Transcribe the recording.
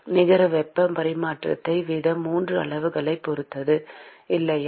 நிகர வெப்ப பரிமாற்ற வீதம் 3 அளவுகளைப் பொறுத்தது இல்லையா